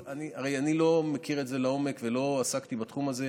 אני לא מכיר את זה לעומק ולא עסקתי בתחום הזה,